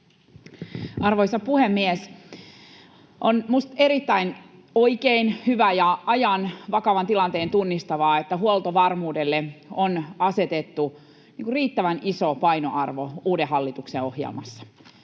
Arvoisa puhemies! Minusta on oikein hyvä ja ajan vakavan tilanteen tunnistavaa, että huoltovarmuudelle on asetettu riittävän iso painoarvo uuden hallituksen ohjelmassa.